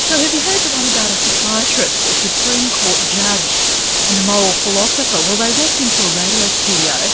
so have you heard the one about a psychiatrist, a supreme court judge and a moral philosopher? well, they walked into a radio studio